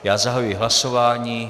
Já zahajuji hlasování.